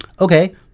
Okay